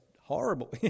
horrible